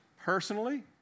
personally